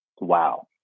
Wow